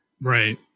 right